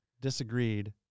disagreed